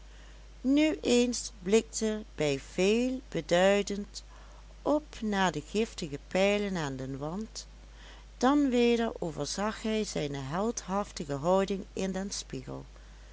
nu eens blikte hij veelbeduidend op naar de giftige pijlen aan den wand dan weder overzag hij zijne heldhaftige houding in den spiegel